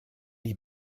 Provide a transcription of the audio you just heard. die